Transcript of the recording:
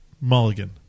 Mulligan